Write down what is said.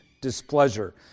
displeasure